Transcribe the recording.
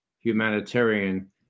humanitarian